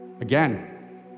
Again